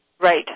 Right